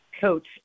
coach